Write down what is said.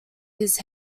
his